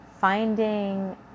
finding